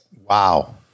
Wow